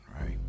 right